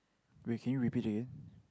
wait can you repeat again